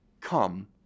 come